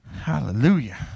Hallelujah